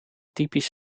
typisch